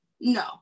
no